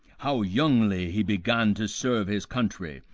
how youngly he began to serve his country,